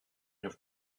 have